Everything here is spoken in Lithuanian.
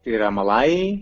tai yra malajai